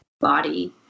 body